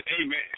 Amen